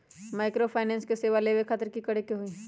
Microfinance के सेवा लेबे खातीर की करे के होई?